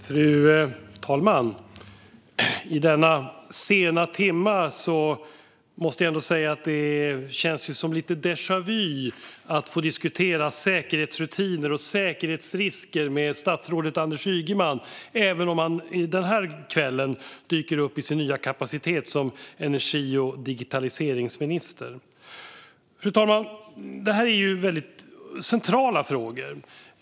Fru talman! I denna sena timme måste jag säga att det känns som lite déjà vu att få diskutera säkerhetsrutiner och säkerhetsrisker med statsrådet Anders Ygeman, även om han denna kväll dyker upp i sin nya roll som energi och digitaliseringsminister. Fru talman! Detta är mycket centrala frågor.